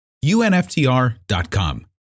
unftr.com